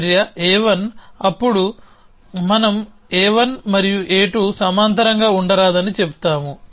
చర్య a1 అప్పుడు మనం a1 మరియు a2 సమాంతరంగా ఉండరాదని చెబుతాము